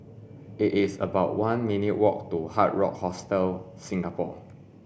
it is about one minutes' walk to Hard Rock Hostel Singapore